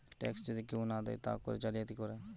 tax যদি কেহু না দেয় তা করে জালিয়াতি করে